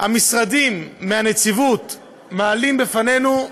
המשרדים מהנציבות מעלים בפנינו,